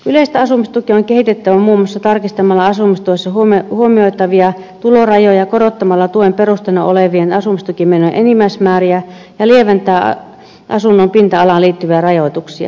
yleistä asumistukea on kehitettävä muun muassa tarkistamalla asumistuessa huomioitavia tulorajoja korottamalla tuen perusteena olevien asumistukimenojen enimmäismääriä ja lieventämällä asunnon pinta alaan liittyviä rajoituksia